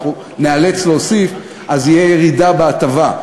אנחנו ניאלץ להוסיף ואז תהיה ירידה בהטבה.